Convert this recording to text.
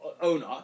owner